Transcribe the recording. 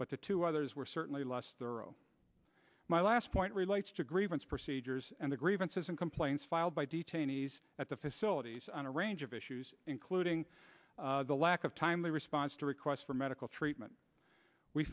but the two others were certainly lost my last point relates to grievance procedures and the grievances and complaints filed by detainees at the facilities on a range of issues including the lack of timely response to requests for medical treatment we